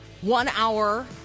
one-hour